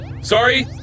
Sorry